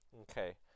Okay